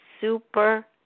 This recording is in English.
super